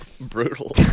brutal